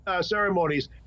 ceremonies